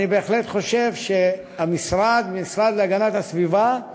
אני בהחלט חושב שהמשרד להגנת הסביבה,